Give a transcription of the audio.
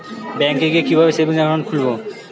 ব্যাঙ্কে গিয়ে কিভাবে সেভিংস একাউন্ট খুলব?